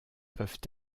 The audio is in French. peuvent